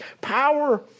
Power